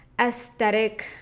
aesthetic